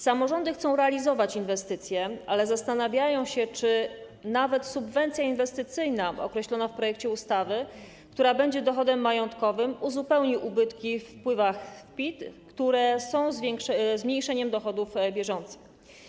Samorządy chcą realizować inwestycje, ale zastanawiają się, czy nawet subwencja inwestycyjna określona w projekcie ustawy, która będzie dochodem majątkowym, uzupełni ubytki we wpływach z podatku PIT, które są zmniejszeniem dochodów bieżących.